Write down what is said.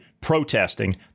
protesting